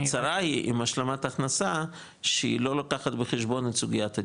הצרה היא עם השלמת הכנסה שהיא לא לוקחת בחשבון את סוגיית הדיור,